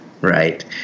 right